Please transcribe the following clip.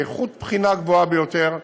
באיכות בחינה גבוהה ביותר,